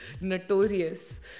notorious